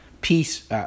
peace